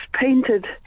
painted